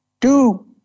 two